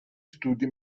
studi